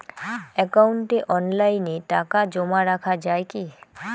একাউন্টে অনলাইনে টাকা জমা রাখা য়ায় কি?